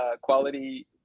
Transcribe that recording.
quality